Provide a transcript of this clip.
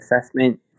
assessment